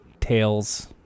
Tails